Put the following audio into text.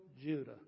Judah